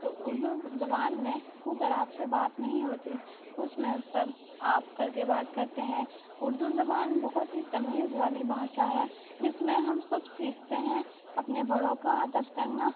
اردو زبان میں تو تڑاک سے بات نہیں ہوتی اس میں سب آپ کر کے بات کرتے ہیں اردو زبان بہت ہی تمیز والی بھاشا ہے جس میں ہم سب سیکھتے ہیں اپنے بڑوں کا ادب کرنا